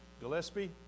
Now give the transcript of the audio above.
Gillespie